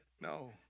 no